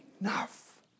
enough